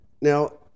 Now